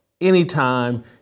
anytime